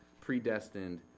predestined